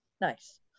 nice